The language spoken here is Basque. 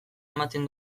ematen